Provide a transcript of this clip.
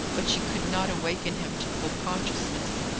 but she could not awaken him to full consciousness.